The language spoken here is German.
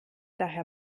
daher